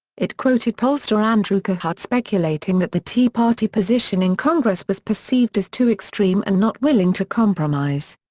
it quoted pollster andrew kohut ah speculating that the tea party position in congress was perceived as too extreme and not willing to compromise.